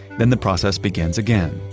then the process begins again,